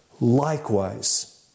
likewise